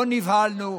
לא נבהלנו.